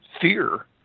fear